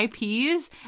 IPs